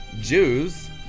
Jews